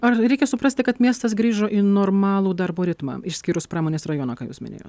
ar reikia suprasti kad miestas grįžo į normalų darbo ritmą išskyrus pramonės rajoną ką jūs minėjot